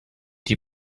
die